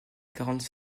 quarante